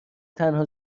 تنها